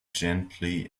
gently